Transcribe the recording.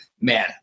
man